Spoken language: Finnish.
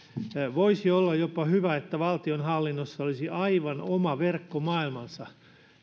voisi olla jopa hyvä että valtionhallinnossa olisi aivan oma verkkomaailmansa